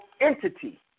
entity